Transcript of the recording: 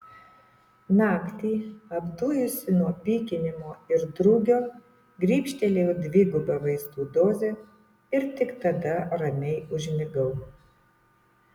naktį apdujusi nuo pykinimo ir drugio grybštelėjau dvigubą vaistų dozę ir tik tada ramiai užmigau